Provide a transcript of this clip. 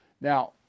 now